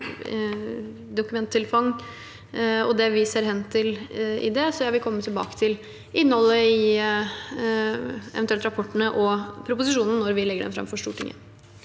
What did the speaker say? dokumenttilfang og det vi ser hen til. Jeg vil komme tilbake til innholdet i rapportene i proposisjonen når vi legger den fram for Stortinget.